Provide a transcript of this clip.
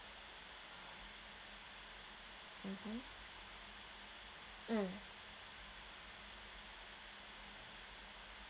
mmhmm mm